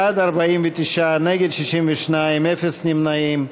בעד, 49, נגד, 62, ואפס נמנעים.